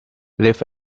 live